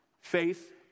Faith